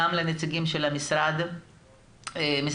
גם לנציגים של משרד הבריאות,